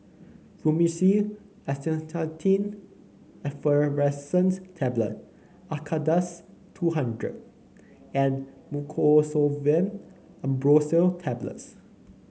Fluimucil Acetylcysteine Effervescent Tablets Acardust two hundred and Mucosolvan AmbroxoL Tablets